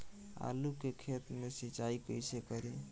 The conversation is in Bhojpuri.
आलू के खेत मे सिचाई कइसे करीं?